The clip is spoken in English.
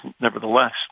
nevertheless